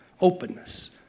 openness